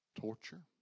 torture